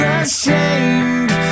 ashamed